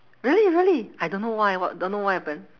really really I don't know why what don't know what happen